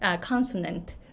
consonant